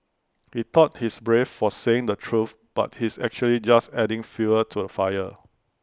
he thought he's brave for saying the truth but he's actually just adding fuel to the fire